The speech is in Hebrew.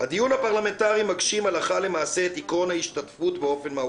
"הדיון הפרלמנטרי מגשים הלכה למעשה את עקרון ההשתתפות באופן מהותי...